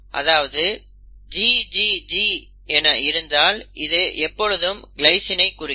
அதாவது GGG என இருந்தால் இது எப்பொழுதும் கிளைஸினை குறிக்கும்